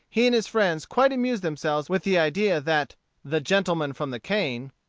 he and his friends quite amused themselves with the idea that the gentleman from the cane,